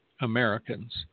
Americans